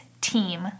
team